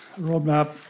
roadmap